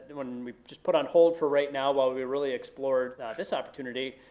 that one we just put on hold for right now while we really explored this opportunity,